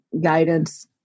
guidance